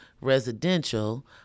residential